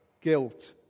guilt